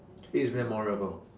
it's memorable